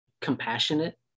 Compassionate